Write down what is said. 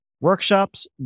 workshops